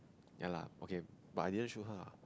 ya lah okay but I didn't show her ah